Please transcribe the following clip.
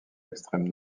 extrême